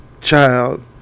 child